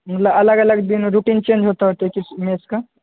अलग अलग दिनमे रूटिन चेन्ज होइत हतै मेसके